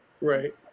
Right